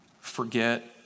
forget